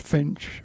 Finch